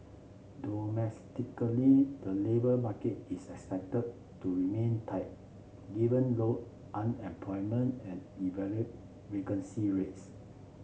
domestically the labour market is expected to remain tight given low unemployment and elevated vacancy rates